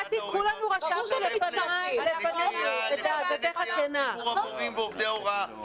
הנהגת ההורים הארצית מצטרפת לקריאה לחסן את ציבור המורים ועובדי ההוראה,